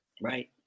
Right